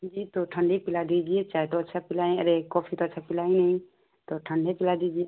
जी तो ठंडा पिला दीजिए चाय तो अच्छा पिलाई अरे कॉफ़ी तो अच्छा पिलाई नहीं तो ठंडा पिला दीजिए